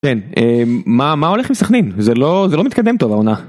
כן, מה הולך עם סכנין? זה לא מתקדם טוב העונה.